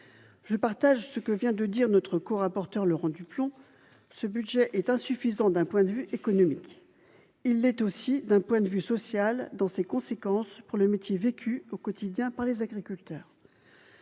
je partage ce que vient de dire notre co-rapporteur Laurent Duplomb ce budget est insuffisant, d'un point de vue économique, il est aussi d'un point de vue social dans ses conséquences pour le métier vécue au quotidien par les agriculteurs.